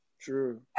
True